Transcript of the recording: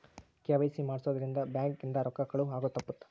KYC ಮಾಡ್ಸೊದ್ ರಿಂದ bank ಇಂದ ರೊಕ್ಕ ಕಳುವ್ ಆಗೋದು ತಪ್ಪುತ್ತ